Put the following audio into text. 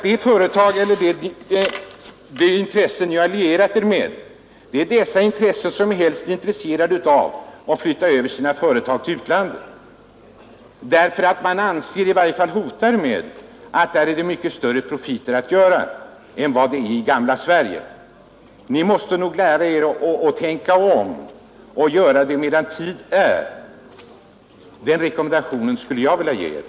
De företag ni har lierat er med är mest intresserade av att flytta över sina företag till utlandet. I varje fall hotar de med att det där finns mycket större profiter att göra än i gamla Sverige. Ni måste nog tänka om, och göra det medan tid är — den rekommendationen skulle jag vilja ge er.